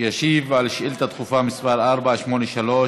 שישיב על שאילתה דחופה מס' 483,